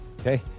okay